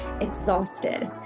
exhausted